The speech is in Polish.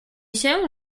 się